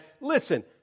listen